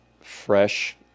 fresh